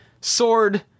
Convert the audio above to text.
sword